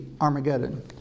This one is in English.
Armageddon